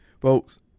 Folks